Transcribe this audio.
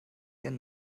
ihren